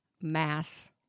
mass